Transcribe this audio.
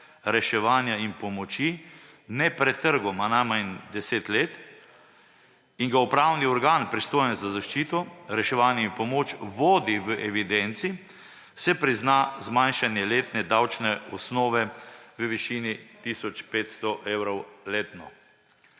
reševanja in pomoči nepretrgoma najmanj 10 let in ga upravni organ, pristojen za zaščito, reševanje in pomoč vodi v evidenci, se prizna zmanjšanje letne davčne osnove v višini tisoč 500 evrov letno.«